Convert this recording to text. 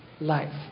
life